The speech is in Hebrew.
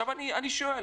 אני שואל,